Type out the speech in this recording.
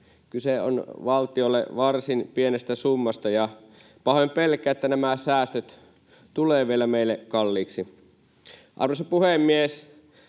Kyse on valtiolle varsin pienestä summasta, ja pahoin pelkään, että nämä säästöt tulevat vielä meille kalliiksi. Arvoisa puhemies!